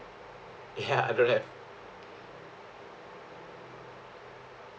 ya I don't have